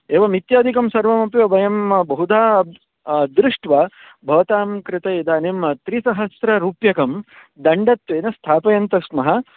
एवम् इत्यादिकं सर्वमपि वयं बहुधा दृष्ट्वा भवतां कृते इदानीं त्रिसहस्ररूप्यकं दण्डत्वेन स्थापयन्तस्मः